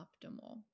optimal